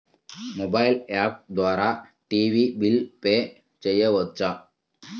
Mobile app ద్వారా TV bill pay చేయవచ్చా?